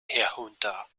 herunter